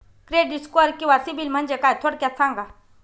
Credit score किंवा CIBIL म्हणजे काय? थोडक्यात सांगा